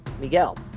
Miguel